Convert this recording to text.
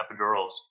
epidurals